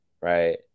right